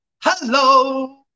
Hello